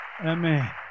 Amen